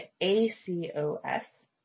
ACOS